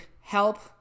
help